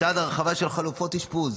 בצד הרחבה של חלופות אשפוז,